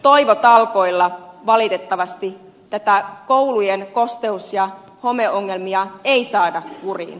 toivotalkoilla valitettavasti koulujen kosteus ja homeongelmia ei saada kuriin